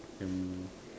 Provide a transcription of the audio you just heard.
and